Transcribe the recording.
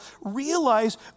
realize